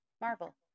Marvel